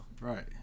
Right